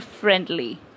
friendly